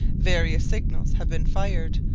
various signals have been fired,